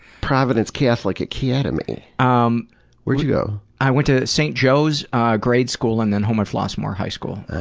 providence catholic academy. um where'd you go? i went to st. joe's grade school, and then homewood flossmoor high school,